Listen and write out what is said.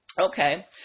Okay